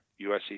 USC